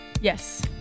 Yes